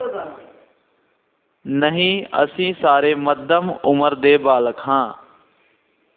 ਨਹੀਂ ਅਸੀਂ ਸਾਰੇ ਮੱਧਮ ਉਮਰ ਦੇ ਬਾਲਕ ਹਾਂ